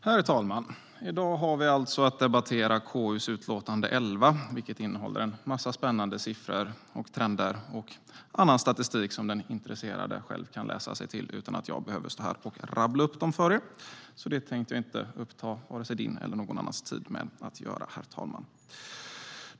Herr talman! I dag har vi att debattera KU:s utlåtande 11, vilket innehåller en massa spännande siffror, trender och annan statistik som den intresserade själv kan läsa sig till utan att jag behöver stå här och rabbla upp dem för er. Så det tänkte jag inte uppta vare sig din tid, herr talman, eller någon annans tid med att göra.